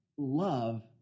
love